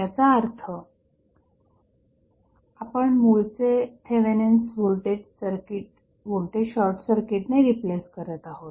याचा अर्थ आपण मूळचे थेवेनिन्स व्होल्टेज शॉर्टसर्किटने रिप्लेस करत आहोत